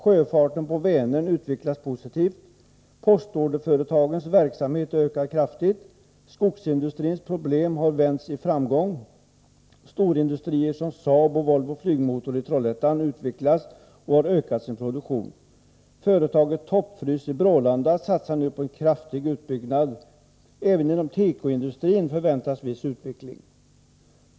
Sjöfarten på Vänern utvecklas positivt. Postorderföretagens verksamhet ökar kraftigt. Skogsindustrins problem har vänts i framgång. Storindustrier som SAAB och Volvo Flygmotor i Trollhättan utvecklas och har ökat sin produktion. Företaget Topp-Frys i Brålanda satsar på en kraftig utbyggnad. Även inom tekoindustrin förväntas viss utveckling.